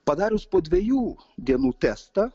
padarius po dvejų dienų testą